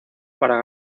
para